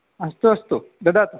अस्तु अस्तु ददातु